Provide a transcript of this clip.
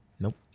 Nope